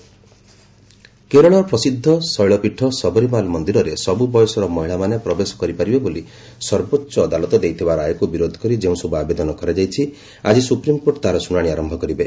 SC Sabarimala କେରଳର ପ୍ରସିଦ୍ଧ ଶୈଳପୀଠ ସବରିମାଲ ମନ୍ଦିରରେ ସବୁ ବୟସର ମହିଳାମାନେ ପ୍ରବେଶ କରିପାରିବେ ବୋଲି ସର୍ବୋଚ୍ଚ ଅଦାଲତ ଦେଇଥିବା ରାୟକୁ ବିରୋଧ କରି ଯେଉଁସବୁ ଆବେଦନ କରାଯାଇଛି ଆଜି ସୁପ୍ରିମକୋର୍ଟ ତାହାର ଶୁଣାଣି ଆରନ୍ତ କରିବେ